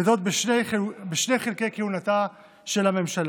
וזאת בשני חלקי כהונתה של הממשלה.